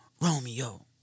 Romeo